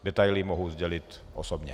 Detaily mohu sdělit osobně.